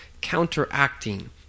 counteracting